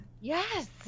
Yes